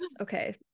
okay